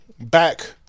back